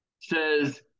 says